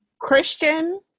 Christian